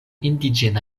indiĝena